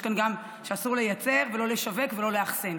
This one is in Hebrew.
יש כאן גם שאסור לייצר ולא לשווק ולא לאחסן,